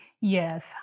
Yes